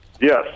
Yes